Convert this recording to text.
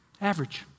Average